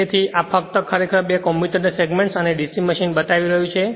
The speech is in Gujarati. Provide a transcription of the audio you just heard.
તેથી આ ખરેખર ફક્ત બે કમ્યુટેટર સેગમેન્ટ્સ અને DC મશીન બતાવી રહ્યું છે